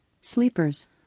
Sleepers